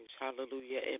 hallelujah